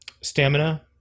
stamina